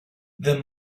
the